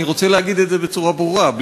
אני רוצה להגיד את זה בצורה ברורה,